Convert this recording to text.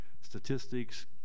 statistics